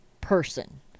person